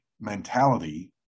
mentality